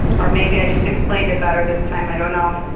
or maybe i just explained it better this time. i don't know.